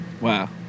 Wow